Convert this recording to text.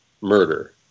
murder